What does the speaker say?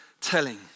telling